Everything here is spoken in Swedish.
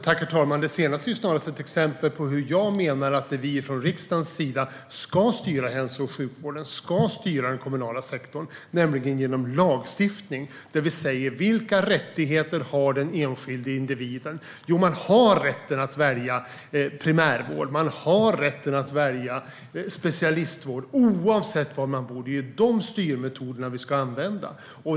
Herr talman! Det sista är snarast ett exempel på hur jag menar att vi från riksdagens sida ska styra hälso och sjukvården och den kommunala sektorn, nämligen genom lagstiftning där vi säger: Vilka rättigheter har den enskilda individen? Jo, man har rätten att välja primärvård och specialistvård oavsett var man bor. Det är de styrmetoderna vi ska använda.